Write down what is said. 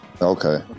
Okay